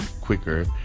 quicker